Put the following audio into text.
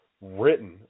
written